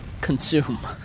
consume